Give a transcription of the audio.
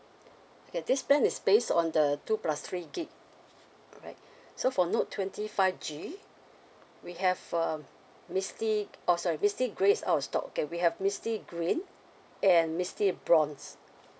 okay this plan is based on the two plus three gig alright so for note twenty five G we have uh misty oh sorry misty gray is out of stock okay we have misty green and misty bronze